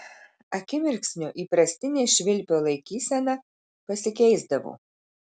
akimirksniu įprastinė švilpio laikysena pasikeisdavo